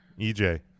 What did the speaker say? EJ